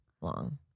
long